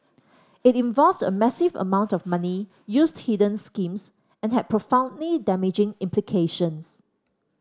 it involved a massive amount of money used hidden schemes and had profoundly damaging implications